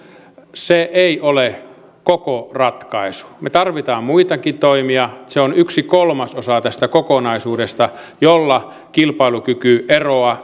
se ei ole koko ratkaisu me tarvitsemme muitakin toimia se on yksi kolmasosa tästä kokonaisuudesta jolla kilpailukykyeroa